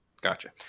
Gotcha